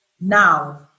now